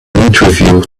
interview